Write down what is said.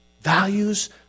Values